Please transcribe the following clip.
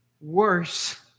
Worse